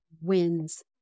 wins